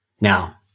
Now